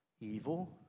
evil